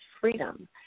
freedom